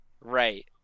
Right